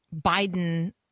Biden